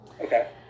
Okay